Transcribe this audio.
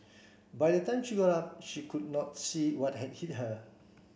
by the time she got up she could not see what had hit her